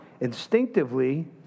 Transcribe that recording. Instinctively